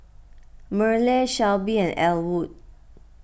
Merle Shelbie and Ellwood